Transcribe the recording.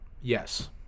Yes